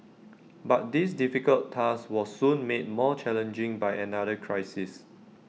but this difficult task was soon made more challenging by another crisis